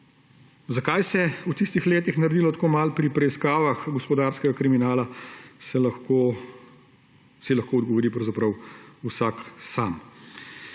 Zakaj se je v tistih letih naredilo tako malo pri preiskavah gospodarskega kriminala, si lahko odgovori pravzaprav